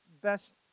best